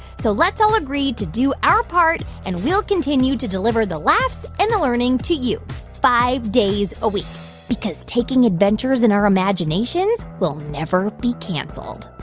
so let's all agree to do our part, and we'll continue to deliver the laughs and the learning to you five days a week because taking adventures in our imaginations will never be canceled.